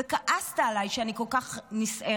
וכעסת עליי שאני כל כך נסערת.